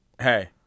hey